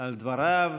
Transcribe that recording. על דבריו.